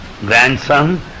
grandson